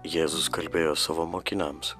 jėzus kalbėjo savo mokiniams